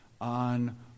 on